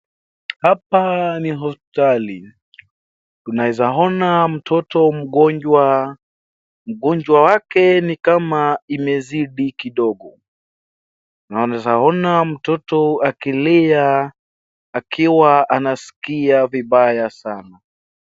Hapa ni hospitali unaweza ona mtoto mgonjwa, mgonjwa wake ni kama imezidi kidogo, anaweza ona mtoto akilia akiwa anaskia vibaya sana.